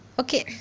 okay